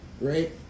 right